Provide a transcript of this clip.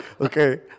okay